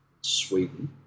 Sweden